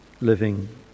living